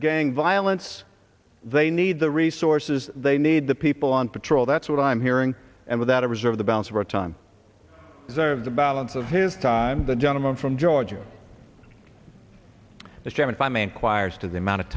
gang violence they need the resources they need the people on patrol that's what i'm hearing and without reserve the balance of our time is our of the balance of his time the gentleman from georgia the chairman my main choir's to the amount of